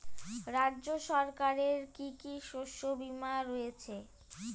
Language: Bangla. রাজ্য সরকারের কি কি শস্য বিমা রয়েছে?